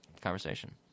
conversation